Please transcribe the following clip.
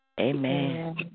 Amen